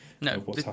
No